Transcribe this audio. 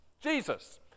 Jesus